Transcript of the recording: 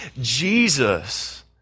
Jesus